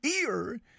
ear